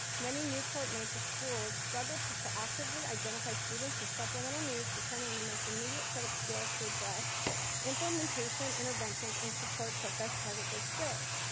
many newport-mesa schools struggle to actively identify students with supplemental needs, determining the most immediate set of skills to address implementation interventions and supports that best target those skills.